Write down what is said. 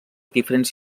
diferents